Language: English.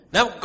Now